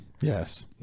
Yes